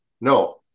no